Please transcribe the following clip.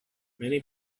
many